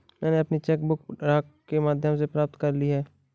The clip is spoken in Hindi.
मैनें अपनी चेक बुक डाक के माध्यम से प्राप्त कर ली है